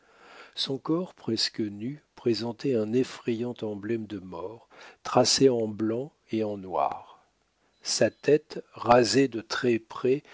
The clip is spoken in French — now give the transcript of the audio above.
son corps presque nu présentait un effrayant emblème de mort tracé en blanc et en noir sa tête rasée de très près